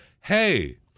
hey